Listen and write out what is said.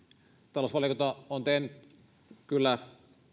talousvaliokunta on tehnyt kyllä